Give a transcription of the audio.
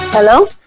Hello